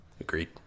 Agreed